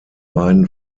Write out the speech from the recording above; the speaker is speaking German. beiden